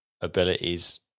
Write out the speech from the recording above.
abilities